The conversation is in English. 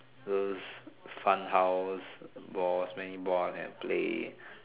those fun house boss maybe boss can play